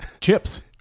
chips